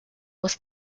was